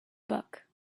book